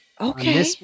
Okay